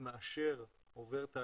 עד שהמצגת